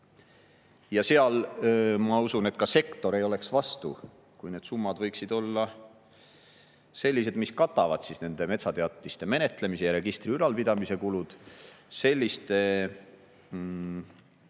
ja seal, ma usun, et ka sektor ei oleks vastu, kui need summad võiksid olla sellised, mis katavad nende metsateatiste menetlemise ja registri ülalpidamise kulud – ei